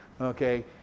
Okay